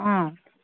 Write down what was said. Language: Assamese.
অ'